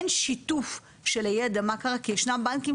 אבל אין שיתוף של הידע מה קרה כי ישנם בנקים